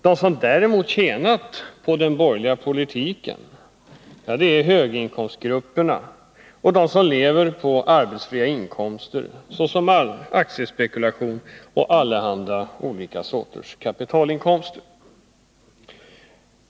De som har tjänat på den borgerliga politiken är höginkomstgrupperna och de som lever på arbetsfria inkomster, såsom aktiespekulationsinkomster och allehanda kapitalinkomster.